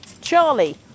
Charlie